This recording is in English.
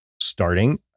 starting